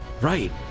Right